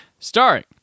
Starring